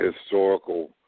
Historical